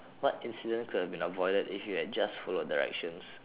what incident could have been avoided if you have just followed directions